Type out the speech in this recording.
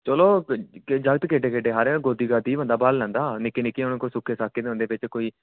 चलो जागत केड्डे केड्डे हारे न गोदी गादी च बंदा बाल्ली लैंदा निक्के निक्के दे कोई सुक्के सक्के दे होंदे बिच कोई